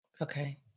Okay